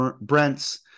Brents